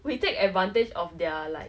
we take advantage of their like